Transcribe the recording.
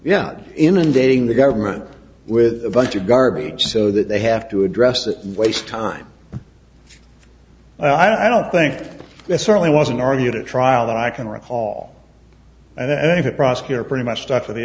yeah inundating the government with a bunch of garbage so that they have to address that waste time i don't think it certainly wasn't arjuna trial that i can recall and any prosecutor pretty much stuck to the